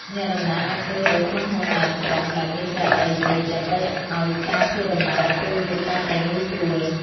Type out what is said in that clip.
អ្នកដំណើរអាចជ្រើសរើសក្រុមហ៊ុនឡានក្រុងដែលមានកៅអីដេកដើម្បីឱ្យការធ្វើដំណើរពេលយប់កាន់តែងាយស្រួល។